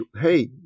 hey